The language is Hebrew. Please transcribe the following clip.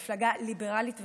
זו מפלגה ליברלית וחשובה,